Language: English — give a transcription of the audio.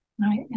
Right